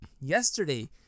yesterday